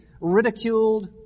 ridiculed